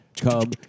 come